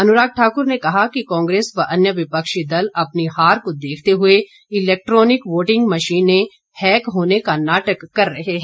अनुराग ठाकुर ने कहा कि कांग्रेस व अन्य विपक्षी दल अपनी हार को देखते हुए इलैक्ट्रॉनिक वोटिंग मशीनें हैक होने का नाटक कर रहे हैं